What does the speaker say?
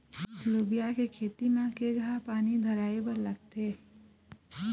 लोबिया के खेती म केघा पानी धराएबर लागथे?